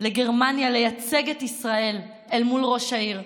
לגרמניה לייצג את ישראל אל מול ראש העיר.